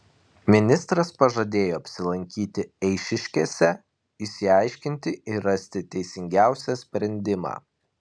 ministras pažadėjo apsilankyti eišiškėse išsiaiškinti ir rasti teisingiausią sprendimą